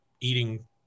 eating